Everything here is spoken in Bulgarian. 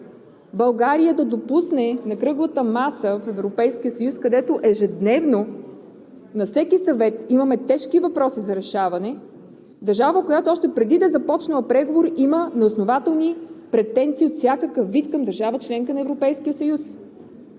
България да допусне на кръглата маса в Европейския съюз, където ежедневно на всеки съвет имаме тежки въпроси за решаване – държава, която още преди да е започнала преговори, има неоснователни претенции от всякакъв вид към държава – членка на